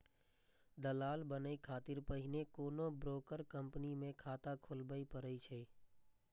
दलाल बनै खातिर पहिने कोनो ब्रोकर कंपनी मे खाता खोलबय पड़ै छै